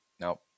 nope